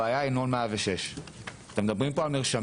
הבעיה היא נוהל 106. אתם מדברים פה על מרשמים.